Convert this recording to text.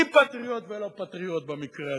מי פטריוט ולא פטריוט במקרה הזה?